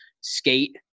skate